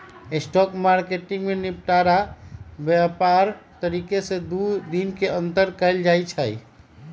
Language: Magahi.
स्पॉट मार्केट में निपटान व्यापार तारीख से दू दिन के अंदर कऽ लेल जाइ छइ